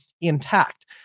intact